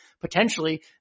potentially